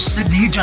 Sydney